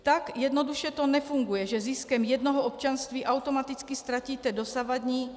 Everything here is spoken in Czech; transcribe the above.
Tak jednoduše to nefunguje, že ziskem jednoho občanství automaticky ztratíte dosavadní.